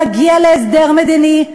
להגיע להסדר מדיני,